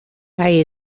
hij